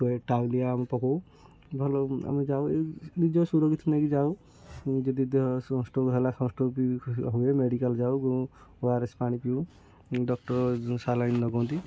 ଟାଉଲିଆ ପକାଉ ଭଲ ଆମେ ଯାଉ ନିଜ ସୁରକ୍ଷିତ ନେଇକି ଯାଉ ଯଦି ଦେହ ସନ୍ ଷ୍ଟ୍ରୋକ୍ ହେଲା ସନ୍ ଷ୍ଟ୍ରୋକ୍ ହୁଏ ମେଡ଼ିକାଲ୍ ଯାଉ ଓ ଆର ଏସ୍ ପାଣି ପିଉ ଡକ୍ଟର୍ ସାଲାଇନ୍ ଲଗାନ୍ତି